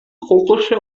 krokusse